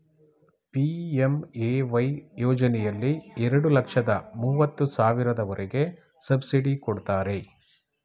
PMAY ಯೋಜನೆಯಲ್ಲಿ ಎರಡು ಲಕ್ಷದ ಮೂವತ್ತು ಸಾವಿರದವರೆಗೆ ಸಬ್ಸಿಡಿ ಕೊಡ್ತಾರೆ